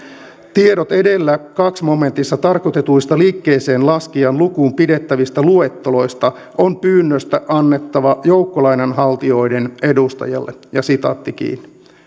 tiedot edellä toisessa momentissa tarkoitetuista liikkeeseenlaskijan lukuun pidettävistä luetteloista on pyynnöstä annettava joukkolainanhaltijoiden edustajalle